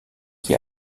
qui